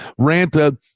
ranta